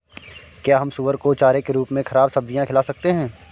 क्या हम सुअर को चारे के रूप में ख़राब सब्जियां खिला सकते हैं?